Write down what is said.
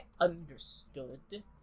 understood